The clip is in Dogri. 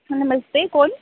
नमस्ते कौन